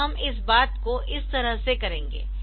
तो हम इस बात को इस तरह से करेंगे